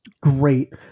great